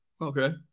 Okay